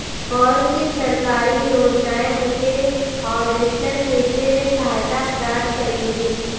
कौन सी सरकारी योजना मुझे हार्वेस्टर ख़रीदने में सहायता प्रदान करेगी?